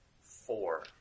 Four